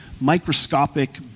microscopic